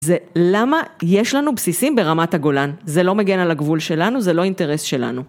זה למה יש לנו בסיסים ברמת הגולן, זה לא מגן על הגבול שלנו, זה לא אינטרס שלנו.